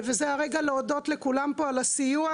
זה הרגע להודות לכולם פה על הסיוע,